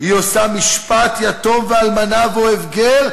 "'עשה משפט יתום ואלמנה ואהב גר,